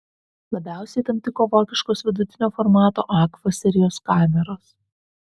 labiausiai tam tiko vokiškos vidutinio formato agfa serijos kameros